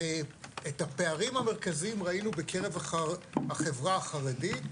את הפערים המרכזיים ראינו בקרב החברה החרדית,